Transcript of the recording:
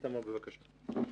איתמר, בבקשה.